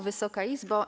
Wysoka Izbo!